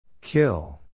Kill